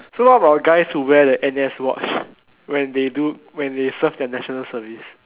so what about guys who wear the n_s watch when the do when they serve their national service